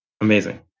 Amazing